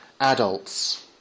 adults